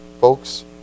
folks